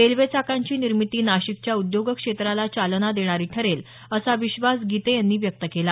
railway चाकांची निर्मिती नाशिकच्या उद्योग क्षेत्राला चालना देणारी ठरेल असा विश्वास गीते यांनी व्यक्त केला